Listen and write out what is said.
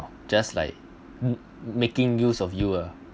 just like making use of you ah